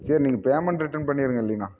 சரி நீங்கள் payment return பண்ணிடுங்க இல்லைன்னா